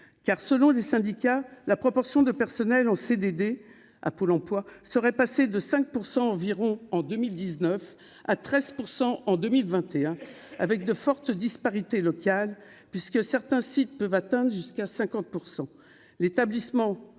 car, selon les syndicats, la proportion de personnels en CDD à Pôle emploi serait passé de 5 % environ en 2019 à 13 % en 2021, avec de fortes disparités locales puisque certains sites peuvent atteindre jusqu'à 50